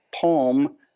palm